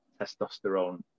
testosterone